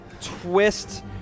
twist